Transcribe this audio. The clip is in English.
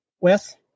Wes